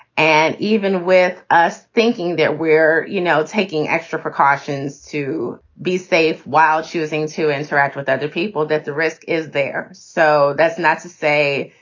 and even with us thinking that we're, you know, taking extra precautions to be safe while choosing to interact with other people, that the risk is there. so that's not to say.